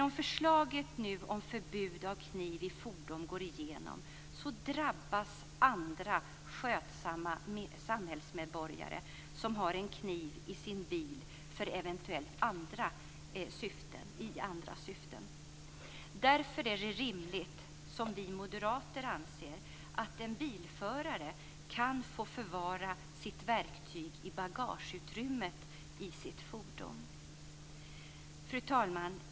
Om förslaget om förbud av kniv i fordon går igenom drabbas andra skötsamma samhällsmedborgare som har en kniv i sin bil i andra syften. Därför anser vi moderater att det vore rimligt att en bilförare kan få förvara sitt verktyg i bagageutrymmet i sitt fordon. Fru talman!